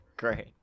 Great